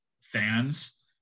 fans